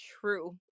true